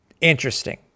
interesting